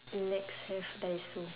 nex have daiso